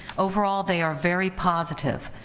overall they are very positive,